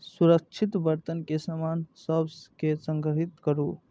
सुरक्षित बर्तन मे सामान सभ कें संग्रहीत करू